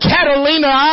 Catalina